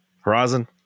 Horizon